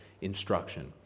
instruction